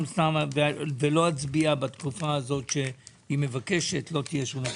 ולא אצביע בתקופה הזו שהיא מבקשת; לא תהיה שום הצבעה.